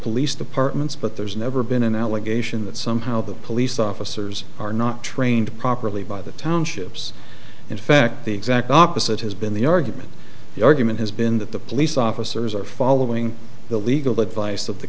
police departments but there's never been an allegation that somehow the police officers are not trained properly by the township's in fact the exact opposite has been the argument the argument has been that the police officers are following the legal advice of the